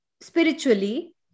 Spiritually